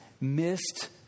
missed